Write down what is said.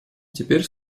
теперь